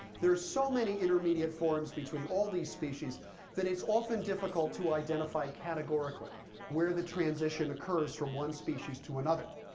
there's so many intermediate forms between all these species that it's often difficult to identify categorically where the transition occurs from one species to another.